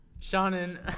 Shannon